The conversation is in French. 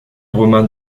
romains